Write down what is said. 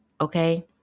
Okay